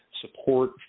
support